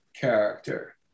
character